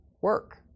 work